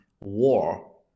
war